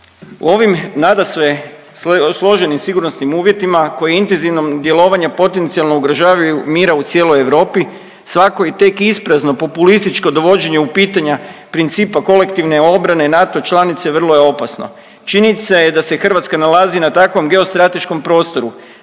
U ovim nadasve složenim sigurnosnim uvjetima koji intenzivom djelovanja potencijalno ugrožavaju mir u cijeloj Europi svako i tek isprazno populističko dovođenje u pitanje principa kolektivne obrane NATO članice vrlo je opasno. Činjenica je da se Hrvatska nalazi na takvom geostrateškom prostoru,